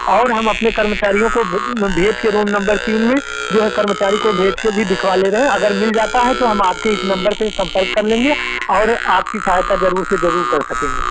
और हम अपने कर्मचारियों को भेज के रूम नंबर तीन में जो है कर्मचारी को भेज के भी दिखवा ले रहे हैं अगर मिल जाता है तो हम आपके इस नंबर पे संपर्क कर लेंगे और आपकी सहायता जरूर से जरूर कर सकेंगे